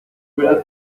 verdad